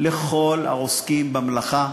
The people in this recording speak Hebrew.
לכל העוסקים במלאכה: